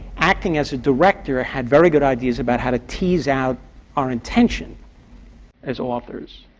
acting as a director, ah had very good ideas about how to tease out our intention as authors,